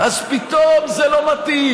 אז פתאום זה לא מתאים,